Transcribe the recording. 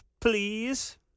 Please